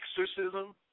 exorcism